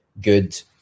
good